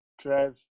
Trev